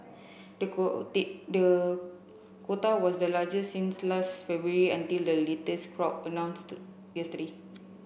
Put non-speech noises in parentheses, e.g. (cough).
the (unintelligible) the quota was the largest since last February until the latest crop announced yesterday